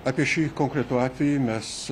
apie šį konkretų atvejį mes